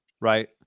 right